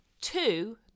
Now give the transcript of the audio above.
Two